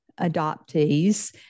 adoptees